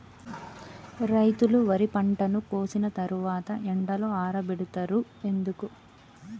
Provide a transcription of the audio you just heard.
రైతులు వరి పంటను కోసిన తర్వాత ఎండలో ఆరబెడుతరు ఎందుకు?